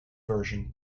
version